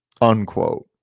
Unquote